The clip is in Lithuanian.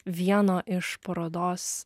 vieno iš parodos